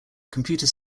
computer